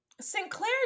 Sinclair